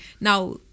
Now